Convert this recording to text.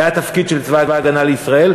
זה התפקיד של צבא הגנה לישראל,